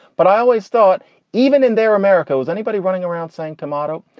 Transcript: but i always thought even in their america, is anybody running around saying tomato?